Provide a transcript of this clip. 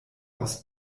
aus